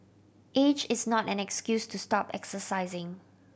age is not an excuse to stop exercising